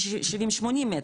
80 מטר,